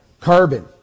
Carbon